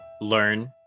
learn